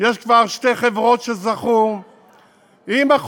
יש כבר שתי חברות שזכו, אז כל הכבוד לך.